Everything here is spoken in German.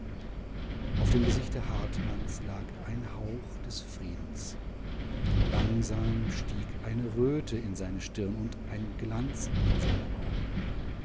auf dem gesichte hartmanns lag ein hauch des friedens langsam stieg eine röte in seine stirn und ein glanz in seine augen